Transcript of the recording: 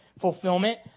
fulfillment